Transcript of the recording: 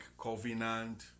covenant